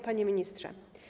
Panie Ministrze!